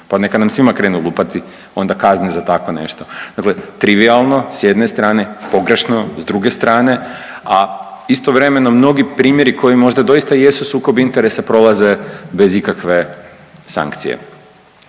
pa neka nam svima krenu lupati onda kazne za tako nešto. Dakle trivijalno s jedne strane, pogrešno s druge strane, a istovremeno mnogi primjeri koji možda doista jesu sukob interesa prolaze bez ikakve sankcije.